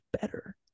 better